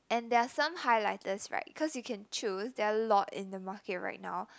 and there are some highlighters right cause you can choose there're a lot in the market now